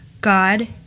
God